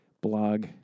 blog